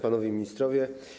Panowie Ministrowie!